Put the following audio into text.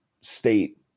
state